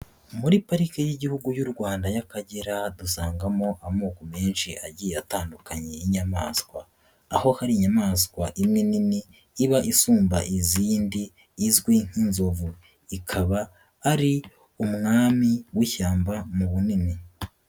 Muri parike y'Igihugu y'u Rwanda y'Akagera dusangamo amoko menshi agiye atandukanye y'inyamaswa aho hari inyamaswa imwe nini iba isumba izindi izwi nk'inzovu ikaba ari umwami w'ishyamba mu bunini.